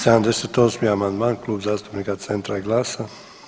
78. amandman Klub zastupnika Centra i GLAS-a.